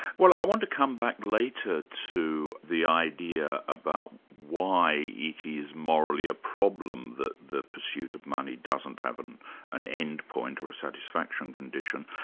well i want to come back later to the idea about why it is morally a problem that the pursuit of money doesn't have an an end point or a satisfaction condition.